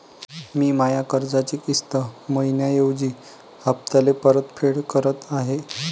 मी माया कर्जाची किस्त मइन्याऐवजी हप्त्याले परतफेड करत आहे